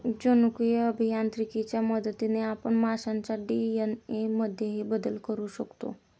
जनुकीय अभियांत्रिकीच्या मदतीने आपण माशांच्या डी.एन.ए मध्येही बदल करू शकतो